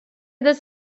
this